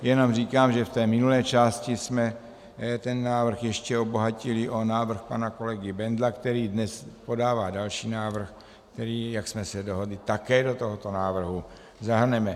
Jenom říkám, že v té minulé části jsme ten návrh ještě obohatili o návrh pana kolegy Bendla, který dnes podává další návrh, který, jak jsme se dohodli, také do tohoto návrhu zahrneme.